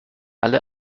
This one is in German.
alle